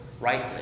rightly